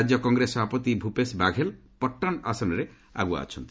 ରାଜ୍ୟ କଂଗ୍ରେସ ସଭାପତି ଭୂପେଶ ବାଘେଲ ପଟନ୍ ଆସନରେ ଆଗୁଆ ଅଛନ୍ତି